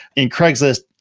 and craigslist,